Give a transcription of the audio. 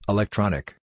Electronic